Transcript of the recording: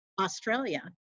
Australia